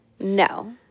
No